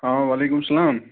ہاں وعلیکُم السلام